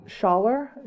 Schaller